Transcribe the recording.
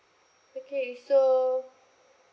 okay so